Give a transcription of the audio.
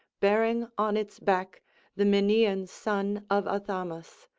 bearing on its back the minyan son of athamas.